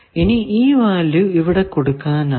ഇനി ഈ വാല്യൂ ഇവിടെ കൊടുക്കാനാകും